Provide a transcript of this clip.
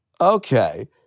okay